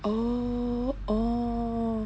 oh oh